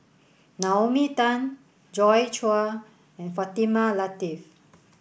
Naomi Tan Joi Chua and Fatimah Lateef